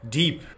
deep